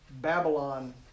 Babylon